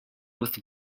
with